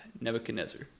Nebuchadnezzar